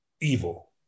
evil